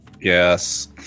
yes